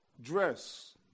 dress